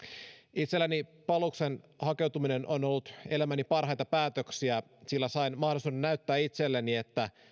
itselleni palvelukseen hakeutuminen on ollut elämäni parhaita päätöksiä sillä sain mahdollisuuden näyttää itselleni että